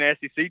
SEC